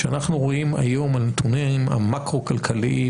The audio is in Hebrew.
כשאנחנו רואים היום את הנתונים המקרו כלכליים,